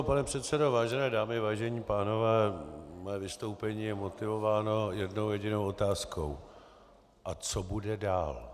Pane předsedo, vážené dámy, vážení pánové, mé vystoupení je motivováno jednou jedinou otázkou: A co bude dál?